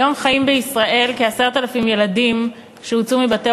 היום חיים בישראל כ-10,000 ילדים שהוצאו מבתי